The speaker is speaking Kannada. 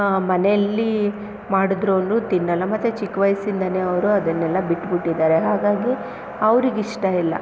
ಮನೆಯಲ್ಲಿ ಮಾಡಿದ್ರೂ ತಿನ್ನಲ್ಲ ಮತ್ತೇ ಚಿಕ್ಕ ವಯಸ್ಸಿಂದಾನೇ ಅವರು ಅದನ್ನೆಲ್ಲ ಬಿಟ್ಟುಬಿಟ್ಟಿದ್ದಾರೆ ಹಾಗಾಗಿ ಅವರಿಗಿಷ್ಟ ಇಲ್ಲ